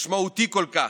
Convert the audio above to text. משמעותי כל כך,